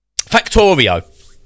factorio